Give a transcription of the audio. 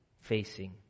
facing